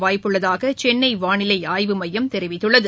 வாய்ப்புள்ளதாகசென்னைவானிலைஆய்வு மையம் தெரிவித்துள்ளது